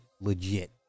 Legit